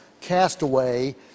Castaway